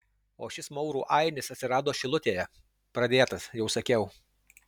o šis maurų ainis atsirado šilutėje pradėtas jau sakiau